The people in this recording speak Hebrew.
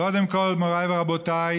קודם כול, מוריי ורבותיי,